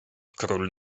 król